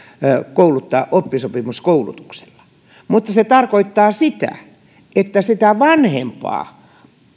kouluttaa oppisopimuskoulutuksella mutta se tarkoittaa sitä että sitä vanhempaa